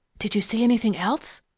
did you see anything else?